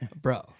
bro